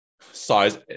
Size